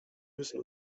müssen